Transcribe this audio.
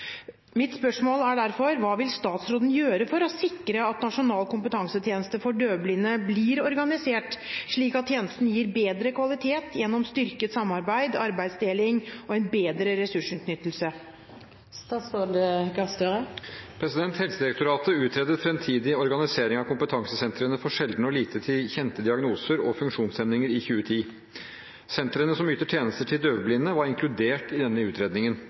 Hva vil statsråden gjøre for å sikre at Nasjonal kompetansetjeneste for døvblinde blir organisert slik at tjenesten gir bedre kvalitet gjennom styrket samarbeid, arbeidsdeling og bedre ressursutnyttelse?» Helsedirektoratet utredet fremtidig organisering av kompetansesentrene for sjeldne og lite kjente diagnoser og funksjonshemninger i 2010. Sentrene som yter tjenester til døvblinde, var inkludert i denne utredningen.